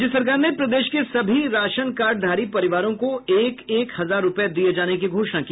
राज्य सरकार ने प्रदेश के सभी राशनकार्डधारी परिवारों को एक एक हजार रुपये दिए जाने की घोषणा की